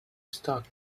stock